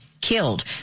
killed